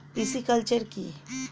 Pisciculture কি?